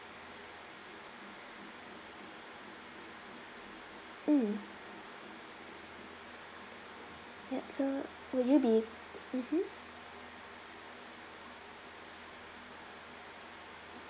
mm yup so would you be mmhmm